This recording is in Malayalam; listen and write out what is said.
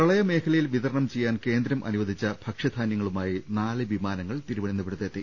പ്രളയമേഖലയിൽ വിതരണം ചെയ്യാൻ കേന്ദ്രം അനുവ ദിച്ച ഭക്ഷ്യധാന്യങ്ങളുമായി നാല് വിമാനങ്ങൾ തിരുവനന്ത പുരത്തെത്തി